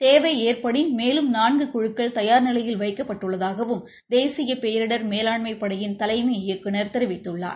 தேவை ஏற்படின் மேலும் நான்கு குழுக்கள் தயார்நிலையில் வைக்கப்பட்டுள்ளதாகவும் தேசிய பேரிடர் மேலாண்மை படையின் தலைமை இயக்குநர் தெரிவித்துள்ளார்